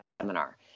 seminar